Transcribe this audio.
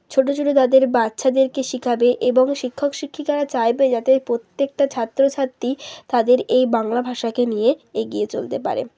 ছোটো ছোটো তাদের বাচ্চাদেরকে শেখাবে এবং শিক্ষক শিক্ষিকারা চাইবে যাতে প্রত্যেকটা ছাত্রছাত্রী তাদের এই বাংলা ভাষাকে নিয়ে এগিয়ে চলতে পারে